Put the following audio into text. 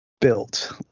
built